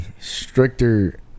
Stricter